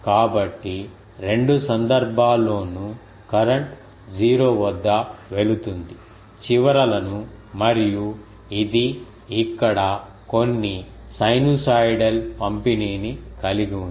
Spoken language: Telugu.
కాబట్టి రెండు సందర్భాల్లోనూ కరెంట్ 0 వద్ద వెళుతుంది చివరలను మరియు ఇది ఇక్కడ కొన్ని సైనోసోయిడల్ పంపిణీని కలిగి ఉంది